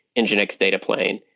and nginx data plane,